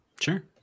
Sure